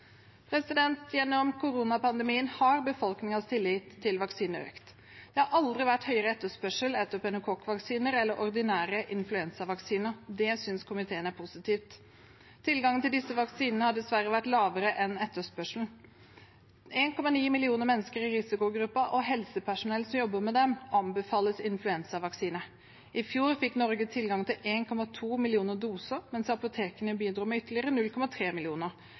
Gjennom koronapandemien har befolkningens tillit til vaksiner økt. Det har aldri vært større etterspørsel etter pneumokokkvaksiner eller ordinære influensavaksiner. Det synes komiteen er positivt. Tilgangen til disse vaksinene har dessverre vært mindre enn etterspørselen. 1,9 millioner mennesker i risikogruppen og helsepersonell som jobber med dem, anbefales influensavaksine. I fjor fikk Norge tilgang til 1,2 millioner doser, mens apotekene bidro med ytterligere 0,3 millioner.